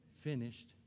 finished